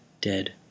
dead